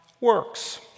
works